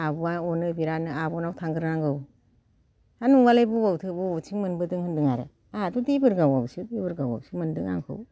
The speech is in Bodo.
आब'आ अनो बिरादनो आब'नाव थांग्रोनांगौ हा न'आलाय बबावथो बबेथिं मोनबोदों होनदों आरो आंहाथ' देबोरगावआवसो देबोरगावआवसो मोनदों आंखौ